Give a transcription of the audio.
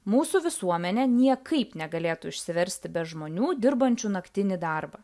mūsų visuomenė niekaip negalėtų išsiversti be žmonių dirbančių naktinį darbą